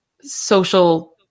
social